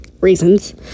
reasons